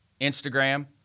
Instagram